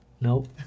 Nope